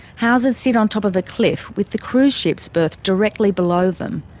houses sit on top of a cliff with the cruise ships berthed directly below them.